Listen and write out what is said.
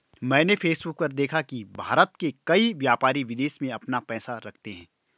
मैंने फेसबुक पर देखा की भारत के कई व्यापारी विदेश में अपना पैसा रखते हैं